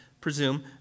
presume